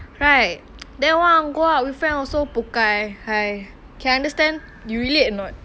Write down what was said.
right then want go out with friends also can understand you relate or not